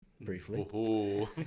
briefly